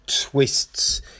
twists